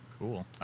Cool